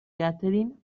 catherine